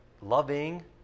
loving